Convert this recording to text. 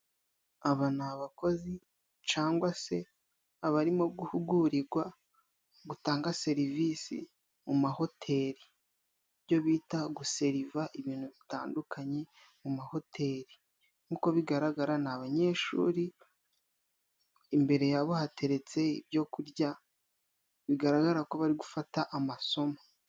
Aba ni abakozi cangwa se abarimo guhugurigwa gutanga serivisi mu mahotel, ibyo bita guseriva ibintu bitandukanye mu mahoteli nkuko bigaragara ni abanyeshuri, imbere yabo hateretse ibyo kurya bigaragara ko bari gufata amasomo.